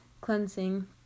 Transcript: cleansing